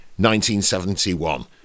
1971